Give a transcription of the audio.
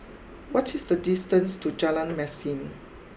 what is the distance to Jalan Mesin